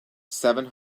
seven